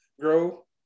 grow